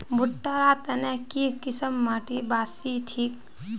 भुट्टा र तने की किसम माटी बासी ठिक?